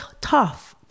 tough